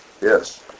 Yes